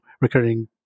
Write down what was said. recurring